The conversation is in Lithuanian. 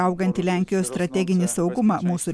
augantį lenkijos strateginį saugumą mūsų